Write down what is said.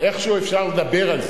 איכשהו אפשר לדבר על זה,